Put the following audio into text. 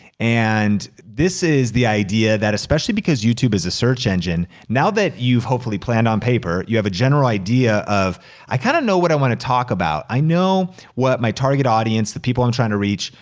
and this is the idea that especially because youtube is a search engine, now that you've hopefully planned on paper, you have a general idea of i kinda know what i wanna talk about. i know what my target audience, the people i'm trying to reach,